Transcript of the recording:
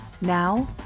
Now